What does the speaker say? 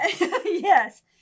Yes